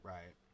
Right